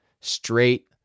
Straight